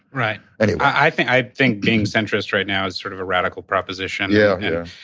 right. anyway. i think i think being centrist right now is sort of a radical proposition. yeah. yeah.